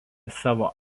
savo